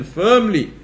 firmly